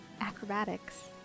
acrobatics